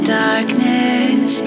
darkness